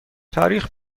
تاریخ